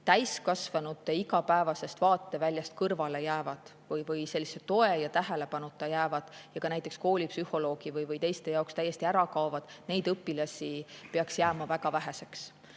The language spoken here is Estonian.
täiskasvanute igapäevasest vaateväljast kõrvale jäävad või toe ja tähelepanuta jäävad ja ka näiteks koolipsühholoogi või teiste jaoks täiesti ära kaovad, jääma väga väheseks.